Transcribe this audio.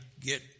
get